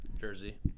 jersey